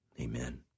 amen